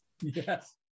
Yes